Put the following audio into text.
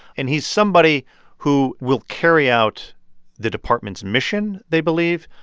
and he's somebody who will carry out the department's mission, they believe,